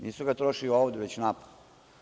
Nisu ga trošili ovde, već napolju.